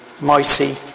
mighty